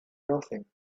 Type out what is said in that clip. nothing